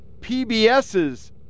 PBS's